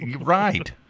Right